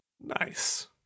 Nice